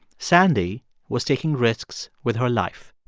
sandy was taking risks with her life.